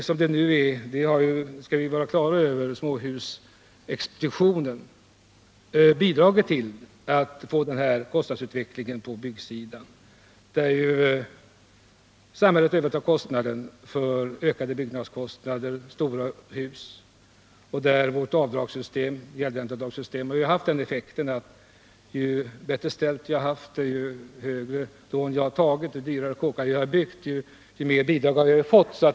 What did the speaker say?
Vi skall vara klara över att utvecklingen på småhussidan har bidragit till denna kostnadsutveckling. Vårt avdragssystem har haft den effekten att ju bättre ställt man har haft, ju större hus man byggt, ju högre lån man har tagit, dess mera bidrag har man fått.